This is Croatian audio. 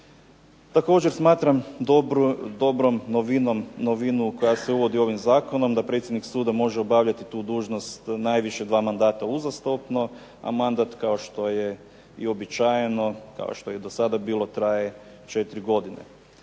Također smatram dobrom novinom novinu koja se uvodi ovim zakonom da predsjednik suda može obavljati tu dužnost najviše 2 mandata uzastopno. A mandat kao što je i uobičajeno, kao što je i dosada bilo, traje 4 godine.